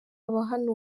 abahanura